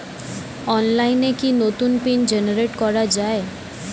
অনলাইনে কি নতুন পিন জেনারেট করা যায়?